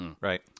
Right